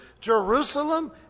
Jerusalem